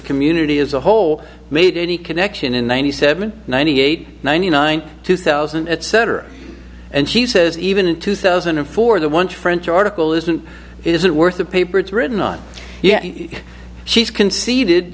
community as a whole made any connection in ninety seven ninety eight ninety nine two thousand etc and she says even in two thousand and four the once french article isn't isn't worth the paper it's written on yet she's conceded